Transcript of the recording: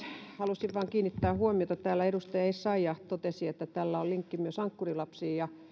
halusin vain kiinnittää huomiota kun täällä edustaja essayah totesi että tällä on linkki myös ankkurilapsiin ja